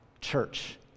church